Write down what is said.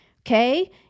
okay